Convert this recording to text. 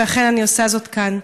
ואכן אני עושה זאת כאן.